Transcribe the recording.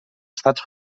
estats